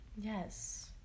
yes